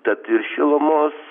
tad ir šilumos